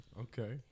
Okay